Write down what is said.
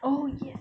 oh yes